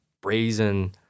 brazen